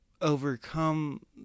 overcome